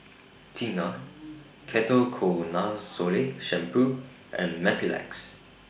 Tena Ketoconazole Shampoo and Mepilex